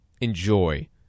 enjoy